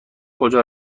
کجا